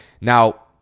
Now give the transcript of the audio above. Now